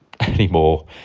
anymore